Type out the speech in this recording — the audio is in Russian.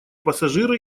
пассажиры